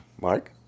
Mike